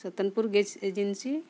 Satonpur gas agency